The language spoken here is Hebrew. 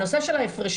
הנושא של ההפרשים,